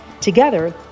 Together